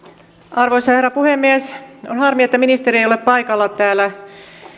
arvoisa herra puhemies on harmi että ministeri ei ole paikalla täällä